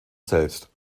selbst